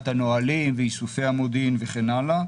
הנהלים וביסוסי המודיעין וכן הלאה.